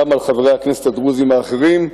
גם על חברי הכנסת הדרוזים האחרים,